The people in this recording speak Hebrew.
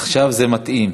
עכשיו זה מתאים,